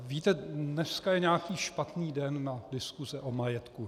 Víte, dneska je nějaký špatný den na diskuse o majetku.